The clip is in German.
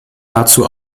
dazu